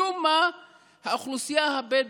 משום מה האוכלוסייה הבדואית,